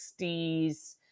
60s